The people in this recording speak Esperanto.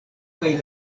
kaj